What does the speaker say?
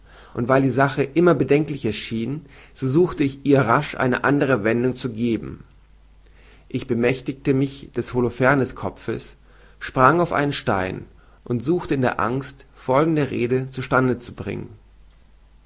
und weil die sache mir immer bedenklicher schien so suchte ich ihr rasch eine andere wendung zu geben ich bemächtigte mich des holoferneskopfes sprang auf einen stein und suchte in der angst folgende rede zu stande zu bringen